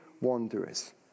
wanderers